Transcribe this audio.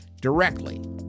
directly